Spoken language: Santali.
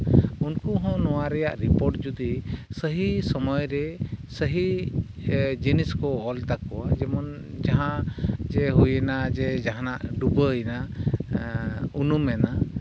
ᱩᱱᱠᱩ ᱦᱚᱸ ᱱᱚᱣᱟ ᱨᱮᱭᱟᱜ ᱨᱤᱯᱳᱴ ᱡᱩᱫᱤ ᱥᱟᱹᱦᱤ ᱥᱚᱢᱚᱭ ᱨᱮ ᱥᱟᱹᱦᱤ ᱡᱤᱱᱤᱥ ᱠᱚ ᱚᱞ ᱛᱟᱠᱚᱣᱟ ᱡᱮᱢᱚᱱ ᱡᱟᱸᱦᱟ ᱡᱮ ᱦᱩᱭᱮᱱᱟ ᱡᱮ ᱡᱟᱦᱟᱱᱟᱜ ᱰᱩᱵᱟᱹᱣᱮᱱᱟ ᱩᱱᱩᱢᱮᱱᱟ